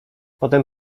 potem